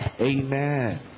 Amen